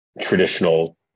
traditional